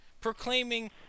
proclaiming